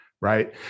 right